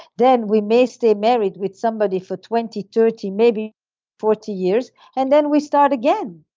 then we may stay married with somebody for twenty, thirty maybe forty years and then we start again,